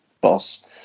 boss